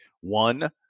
One